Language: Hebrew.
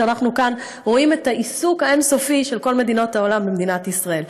שאנחנו כאן רואים את העיסוק האין-סופי של כל מדינות העולם במדינת ישראל.